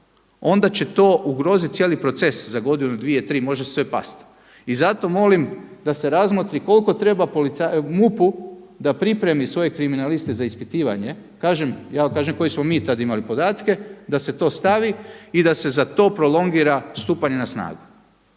onda će to ugroziti cijeli proces za godinu, dvije, tri, može sve past. I zato molim da se razmotri koliko treba MUP-u da pripremi svoje kriminaliste za ispitivanje. Kažem, ja vam kažem koje smo mi tad imali podatke, da se to stavi i da se za to prolongira stupanje na snagu.